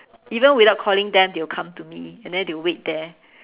even without calling them they'll come to me and then they'll wait there